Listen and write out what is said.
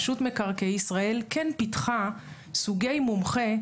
רשות מקרקעי ישראל כן פיתחה סוגי מומחה,